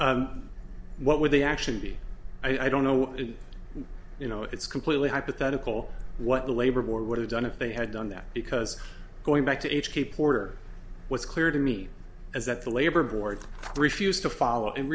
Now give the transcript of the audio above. what would they actually be i don't know and you know it's completely hypothetical what the labor board would have done if they had done that because going back to keep order what's clear to me is that the labor board refused to follow and